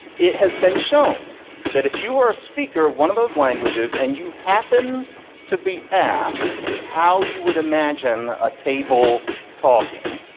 it has been shown that if you are a speaker of one of those languages and you happen to be asked how you would imagine a table talking,